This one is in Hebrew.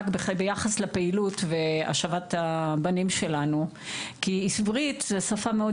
רק ביחס לפעילות והשבת הבנים שלנו כי עברית זו שפה מאוד